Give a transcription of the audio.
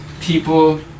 people